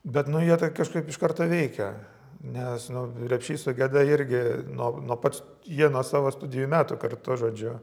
bet nu jo tai kažkaip iš karto veikia nes nu repšys su geda irgi nuo pats jie nuo savo studijų metų kartu žodžiu